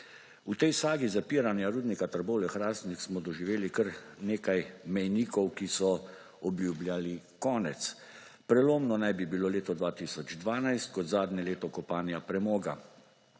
V tej sagi zapiranja Rudnika Trbovlje-Hrastnik smo doživeli kar nekaj mejnikov, ki so obljubljali konec. Prelomno naj bi bilo leto 2012 kot zadnje leto kopanja premoga,